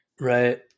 Right